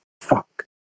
Fuck